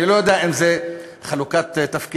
אני לא יודע אם זאת חלוקת תפקידים,